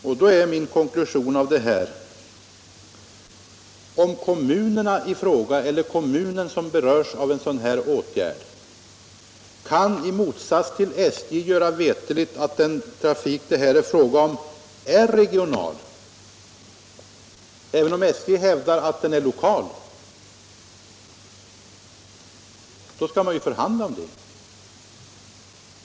Och då är min konklusion: Torsdagen den Om kommunerna i fråga, eller den kommun som berörs av en sådan 27 november 1975 åtgärd, i motsats till SJ kan göra veterligt att den trafik det här gäller. I är regional — även om SJ hävdar att den är lokal — då skall man ju Om SJ:s busslinjeförhandla om det.